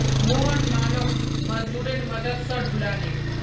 मोहन मालोक मजदूरेर मदद स ढूला ले